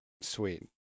Sweet